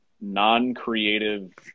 non-creative